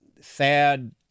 sad